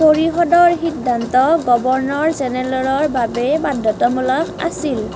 পৰিষদৰ সিদ্ধান্ত গভৰ্ণৰ জেনেৰেলৰ বাবে বাধ্যতামূলক আছিল